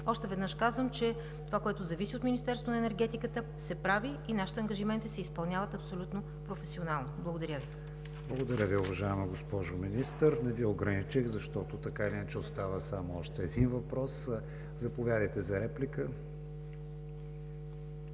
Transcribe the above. Още веднъж казвам, че това, което зависи от Министерството на енергетиката, се прави и нашите ангажименти се изпълняват абсолютно професионално. Благодаря Ви. ПРЕДСЕДАТЕЛ КРИСТИАН ВИГЕНИН: Благодаря Ви, уважаема госпожо Министър – не Ви ограничих, защото така или иначе остава само още един въпрос. Заповядайте за реплика.